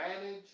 manage